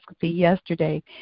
yesterday